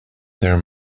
there